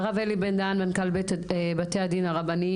הרב אלי בן דהן, מנכ"ל בתי הדין הרבניים.